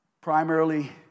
Primarily